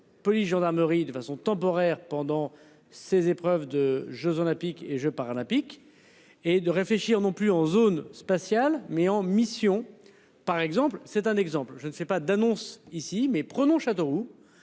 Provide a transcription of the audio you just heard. police, gendarmerie de façon temporaire pendant ces épreuves de Jeux olympiques et Jeux paralympiques et de réfléchir non plus en zone spatiale mais en mission par exemple c'est un exemple je ne sais pas d'annonce ici mais prenons Châteauroux.